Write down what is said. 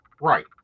Right